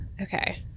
Okay